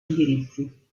indirizzi